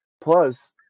plus